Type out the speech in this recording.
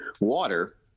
water